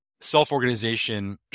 self-organization